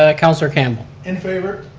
ah councilor campbell. in favor.